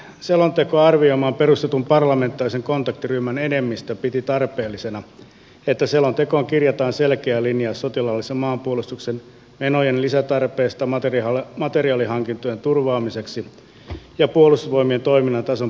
selontekoa arvioimaan perustetun parlamentaarisen kontaktiryhmän enemmistö piti tarpeellisena että selontekoon kirjataan selkeä linja sotilaallisen maanpuolustuksen menojen lisätarpeista materiaalihankintojen turvaamiseksi ja puolustusvoimien toiminnan tason palauttamiseksi